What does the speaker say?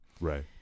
Right